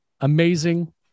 amazing